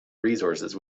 resources